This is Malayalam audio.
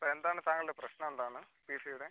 എന്താണ് താങ്കളുടെ പ്രശ്നം എന്താണ് പീ സീടെ